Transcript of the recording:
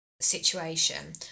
situation